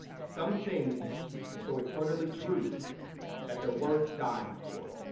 some things so eternally true that they are worth dying for.